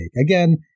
Again